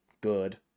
good